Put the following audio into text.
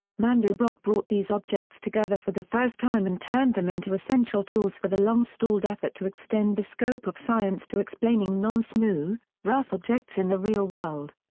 mandelbrot brought these objects together for the first time and turned them into essential tools for the long-stalled effort to extend the scope of science to explaining non-smooth, rough objects in the real world.